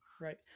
right